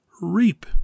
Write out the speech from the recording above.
reap